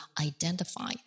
identify